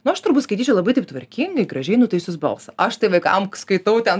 nu aš turbūt skaityčiau labai taip tvarkingai gražiai nutaisius balsą aš tai vaikam skaitau ten